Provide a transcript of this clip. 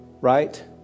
right